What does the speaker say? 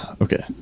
okay